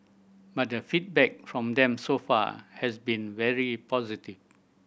but the feedback from them so far has been very positive